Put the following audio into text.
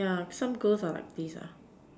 yeah some girls are like this